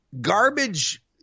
garbage